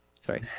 sorry